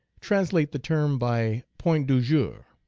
translate the term by point dujour.